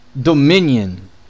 dominion